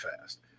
fast